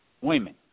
women